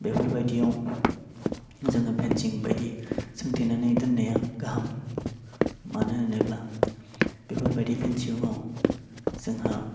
बेफोरबायदियाव जोङो फेनसिं बायदि सोंथेनानै दोननाया गाहाम मानो होनोब्ला बेफोरबादि फेनसिंयाव जोंहा